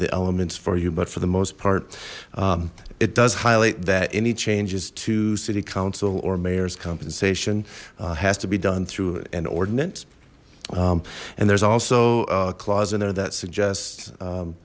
the elements for you but for the most part it does highlight that any changes to city council or mayor's compensation has to be done through an ordinance and there's also a clause in there that suggests